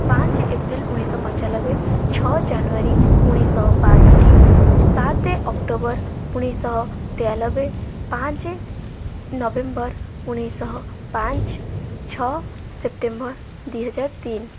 ପାଞ୍ଚ ଏପ୍ରିଲ୍ ଉଣେଇଶ ଶହ ପଞ୍ଚାନବେ ଛଅ ଜାନୁଆରୀ ଉଣେଇଶହ ବାଷଠି ସାତ ଅକ୍ଟୋବର୍ ଉଣେଇଶ ଶହ ତେୟାନବେ ପାଞ୍ଚ ନଭେମ୍ବର୍ ଉଣେଇଶ ଶହ ପାଞ୍ଚ ଛଅ ସେପ୍ଟେମ୍ବର୍ ଦୁଇ ହଜାର ତିନି